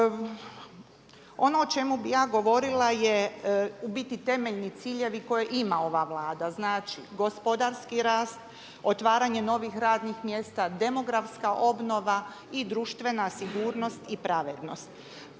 Ono o čemu bih ja govorila je u biti temeljni ciljevi koje ima ova Vlada. Znači, gospodarski rast, otvaranje novih radnih mjesta, demografska obnova i društvena sigurnost i pravednost.